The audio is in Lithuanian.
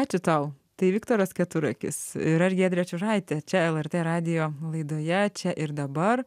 ačiū tau tai viktoras keturakis ir aš giedrė čiužaitė čia lrt radijo laidoje čia ir dabar